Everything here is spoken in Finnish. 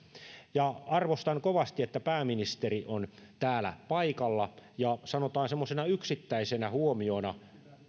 arvostan kovasti että pääministeri on täällä paikalla ja sanotaan semmoisena yksittäisenä huomiona